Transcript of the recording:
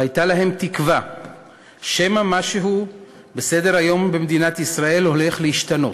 והייתה להם תקווה שמשהו בסדר-היום של מדינת ישראל הולך להשתנות,